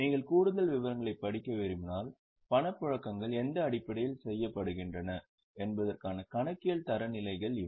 நீங்கள் கூடுதல் விவரங்களைப் படிக்க விரும்பினால் பணப்புழக்கங்கள் எந்த அடிப்படையில் செய்யப்படுகின்றன என்பதற்கான கணக்கியல் தரநிலைகள் இவை